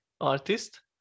artist